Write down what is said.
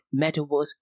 metaverse